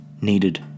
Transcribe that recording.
needed